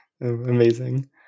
Amazing